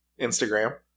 instagram